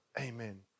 Amen